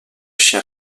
chien